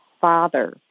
father